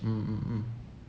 mm mm mm